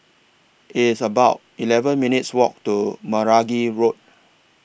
It's about eleven minutes' Walk to Meragi Road